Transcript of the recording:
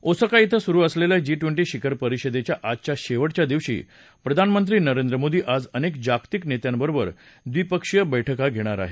Osaka धिं सुरु असलेल्या जी ट्वेन्टी शिखर परिषदेच्या आजच्या शेवटच्या दिवशी प्रधानमंत्री नरेंद्र मोदी आज अनेक जागतिक नेत्यांबरोबर द्विपक्षीय बैठका घेणार आहेत